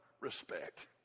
respect